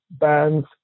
bands